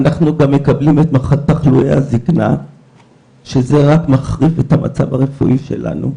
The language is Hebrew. אנחנו גם מקבלים את תחלואי הזקנה וזה רק מחריף את המצב הרפואי שלנו.